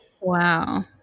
wow